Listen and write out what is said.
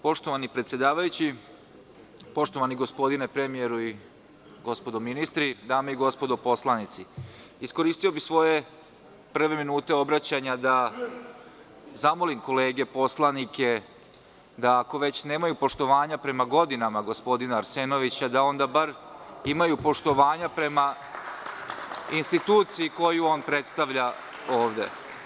Poštovani predsedavajući, poštovani gospodine premijeru i gospodo ministri, dame i gospodo poslanici, iskoristio bih svoje prve minute obraćanja da zamolim kolege poslanike da, ako već nemaju poštovanja prema godinama gospodina Arsenovića, onda bar imaju poštovanja prema instituciji koju on predstavlja ovde.